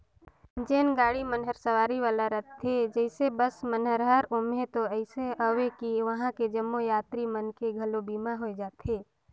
जेन गाड़ी मन हर सवारी वाला रथे जइसे बस मन हर ओम्हें तो अइसे अवे कि वंहा के जम्मो यातरी मन के घलो बीमा होय जाथे